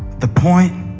the point,